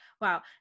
Wow